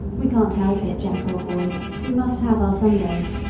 we can't help it, jack, old boy we must have our sundays.